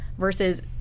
Versus